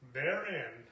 Therein